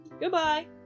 Goodbye